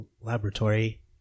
laboratory